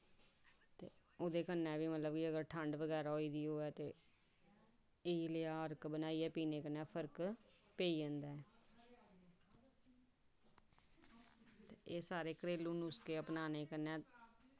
ते ओह्दे कन्नै बी अगर ठंड बगैरा होई दी होऐ ते नेहा् अरक पीने कन्नै फर्क पेई जंदा ऐ एह् सारघरेलू नुस्खे अपनाने कन्नै